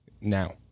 Now